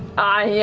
i